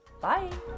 bye